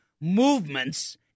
movements